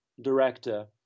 Director